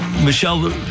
Michelle